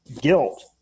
guilt